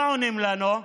מה עונים לנו?